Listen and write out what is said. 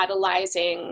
catalyzing